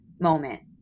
moment